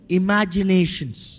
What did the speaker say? imaginations